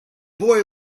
boy